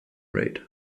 rate